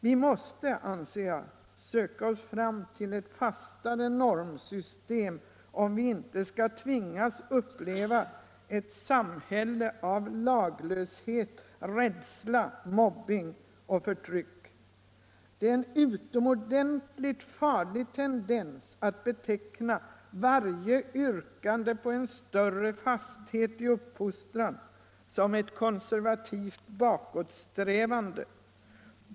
Vi måste, anser jag, söka oss fram till ett fastare normsystem, om vi inte skall tvingas uppleva ett samhälle av laglöshet, rädsla, mobbing och förtryck. Det är en utomordenligt farlig tendens att beteckna varje yrkande på en större fasthet i uppfostran såsom ett konservativt bakåtsträvande.